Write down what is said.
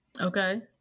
Okay